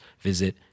visit